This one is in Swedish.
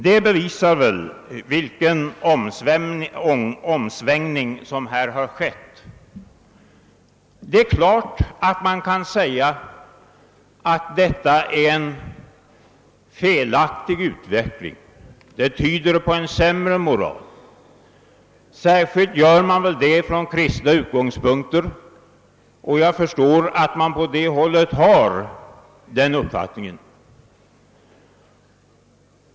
Det bevisar väl vilken omsvängning som här har skett. Det är klart att man kan säga att detta är en felaktig utveckling, det tyder på en sämre moral. Särskilt säger man väl det från kristna utgångspunkter, och jag förstår att man på det hållet har den uppfattningen.